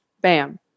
bam